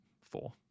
four